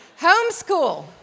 homeschool